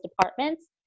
departments